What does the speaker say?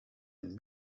een